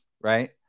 right